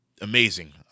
Amazing